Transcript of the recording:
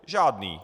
Žádný!